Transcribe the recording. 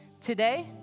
Today